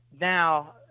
now